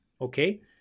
okay